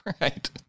right